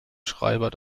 schreiber